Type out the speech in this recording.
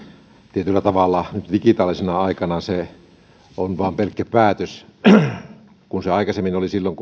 tietyllä tavalla nyt digitaalisena aikana se on vain pelkkä päätös aikaisemmin silloin